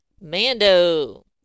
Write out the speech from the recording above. mando